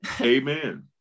Amen